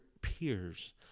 peers